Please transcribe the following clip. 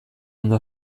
ondo